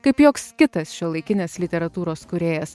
kaip joks kitas šiuolaikinės literatūros kūrėjas